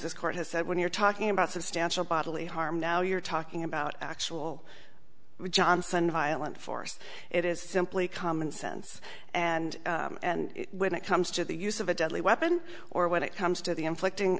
this court has said when you're talking about substantial bodily harm now you're talking about actual johnson violent force it is simply common sense and when it comes to the use of a deadly weapon or when it comes to the inflicting